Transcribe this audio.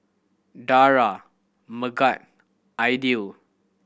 Dara Megat Aidil